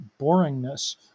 boringness